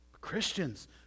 Christians